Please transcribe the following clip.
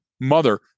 mother